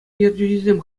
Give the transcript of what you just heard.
ертӳҫисем